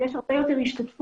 יש הרבה יותר השתתפות.